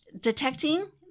detecting